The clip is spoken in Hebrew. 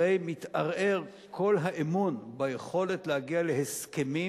הרי מתערער כל האמון ביכולת להגיע להסכמים